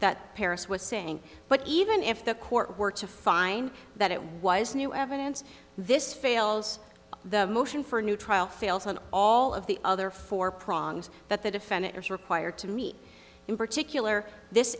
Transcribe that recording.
that paris was saying but even if the court were to find that it was new evidence this fails the motion for a new trial fails on all of the other four prongs that the defendant is required to meet in particular this